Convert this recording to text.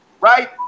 right